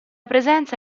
presenza